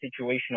situational